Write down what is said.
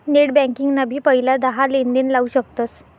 net banking ना भी पहिला दहा लेनदेण लाऊ शकतस